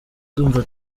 ndumva